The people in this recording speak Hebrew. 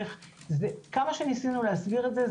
כמה שניסינו להסביר את זה,